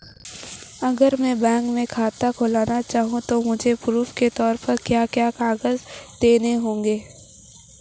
अगर मैं बैंक में खाता खुलाना चाहूं तो मुझे प्रूफ़ के तौर पर क्या क्या कागज़ देने होंगे?